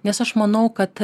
nes aš manau kad